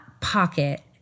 pocket